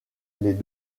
les